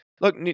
look